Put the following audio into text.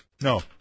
no